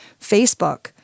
Facebook